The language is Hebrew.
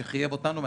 שחייב אותנו.